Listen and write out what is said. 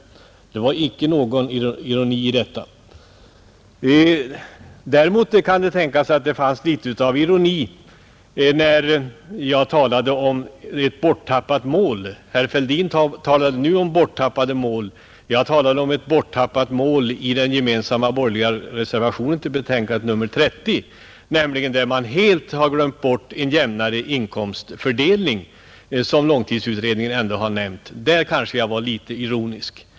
Det var icke någon ironi utan jag anförde detta som efterföljansvärt exempel. Däremot kan det tänkas att det fanns litet av ironi när jag talade om ett borttappat mål — herr Fälldin talade ju om ”borttappade mål.” Jag talade om ett annat borttappat mål i den gemensamma borgerliga reservationen till finansutskottets betänkande nr 30, där man nämligen helt har glömt bort den jämnare inkomstfördelningen som långtidsutredningen har framhållit. Där kanske jag som sagt var litet ironisk.